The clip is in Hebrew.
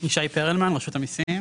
פרלמן רשות המיסים.